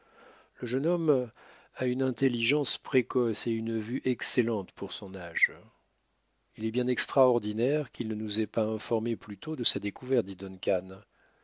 le jeune homme a une intelligence précoce et une vue excellente pour son âge il est bien extraordinaire qu'il ne nous ait pas informés plus tôt de sa découverte dit